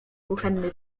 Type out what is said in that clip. kuchenny